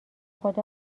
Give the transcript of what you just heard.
خدا